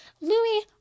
Louis